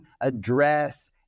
address